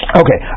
okay